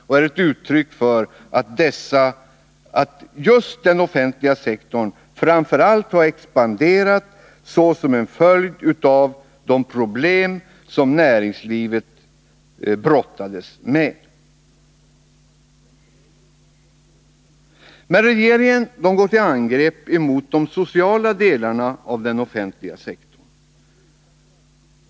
Den offentliga sektorn har expanderat framför allt såsom en följd av de problem som näringslivet brottats med. Men regeringen går till angrepp mot de sociala delarna av den offentliga sektorn.